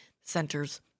centers